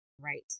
Right